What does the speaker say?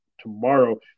tomorrow